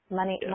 money